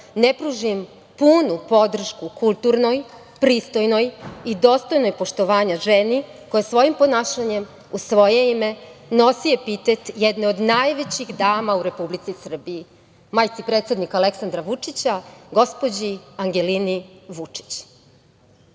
ne pružim punu podršku kulturnoj pristojnoj i dostojnoj poštovanja ženi, koja svojim ponašanjem u svoje ime nosi epitet jedne od najvećih dama u Republici Srbiji, majci predsednika Aleksandra Vučića, gospođi Angelini